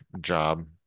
job